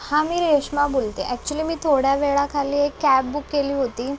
हां मी रेश्मा बोलते आहे ॲक्च्युली मी थोड्या वेळाखाली एक कॅब बुक केली होती